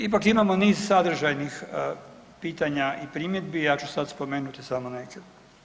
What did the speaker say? Ipak imamo niz sadržajnih pitanja i primjedbi i ja ću sad spomenuti samo neke.